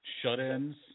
Shut-ins